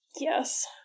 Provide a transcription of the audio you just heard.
Yes